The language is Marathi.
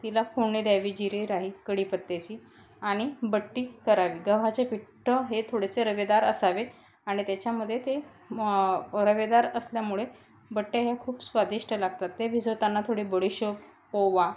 तिला फोडणी द्यावी जिरे राई कढीपत्त्याची आणि बट्टी करावी गव्हाचे पीठ हे थोडेसे रवेदार असावे आणि त्याच्यामध्ये ते रवेदार असल्यामुळे बट्टे हे खूप स्वादिष्ट लागतात ते भिजवताना थोडे बडीशोप ओवा